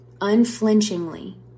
unflinchingly